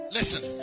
Listen